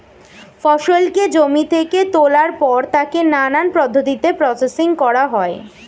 ফসলকে জমি থেকে তোলার পর তাকে নানান পদ্ধতিতে প্রসেসিং করা হয়